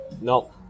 No